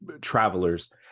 travelers